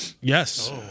Yes